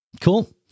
Cool